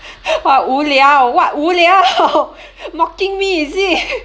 !huh! 无聊 what 无聊 mocking me is it